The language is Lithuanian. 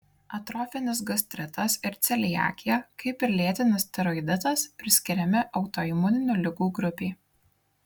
atrofinis gastritas ir celiakija kaip ir lėtinis tiroiditas priskiriami autoimuninių ligų grupei